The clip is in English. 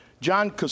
John